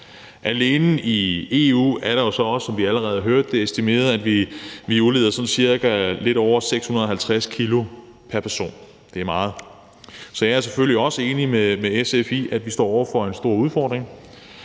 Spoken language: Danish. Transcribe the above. Alene i EU er der jo så også, som vi allerede har hørt det, estimeret, at vi udleder sådan cirka lidt over 650 kg pr. person. Det er meget. Så jeg er selvfølgelig også enig med SF i, at vi står over for en stor udfordring,